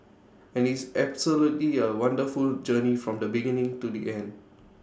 and IT is absolutely A wonderful journey from the beginning to the end